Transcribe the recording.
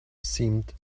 seemed